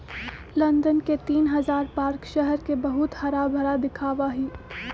London के तीन हजार पार्क शहर के बहुत हराभरा दिखावा ही